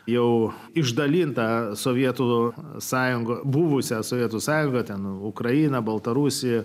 jau išdalinta sovietų sąjunga buvusią sovietų sąjungą ten ukrainą baltarusiją